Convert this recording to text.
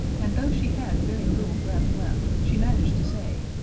and though she had very little breath left, she managed to say,